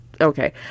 Okay